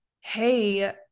Hey